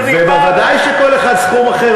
ודאי שכל אחד סכום אחר,